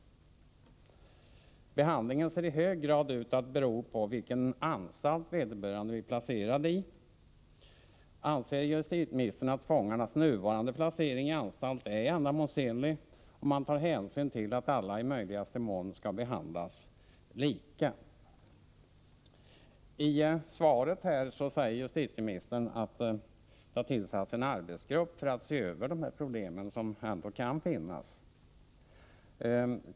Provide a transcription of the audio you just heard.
Behandlingen ser i hög grad ut att bero på vilken anstalt vederbörande blir placerad i. Anser justitieministern att fångarnas nuvarande placering i anstalt är ändamålsenlig med hänsyn till att alla i möjligaste mån skall behandlas lika? I svaret säger justitieministern att det har tillsatts en arbetsgrupp för att se över de problem som ändå kan finnas.